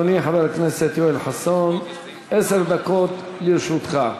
אדוני חבר הכנסת יואל חסון, עשר דקות לרשותך.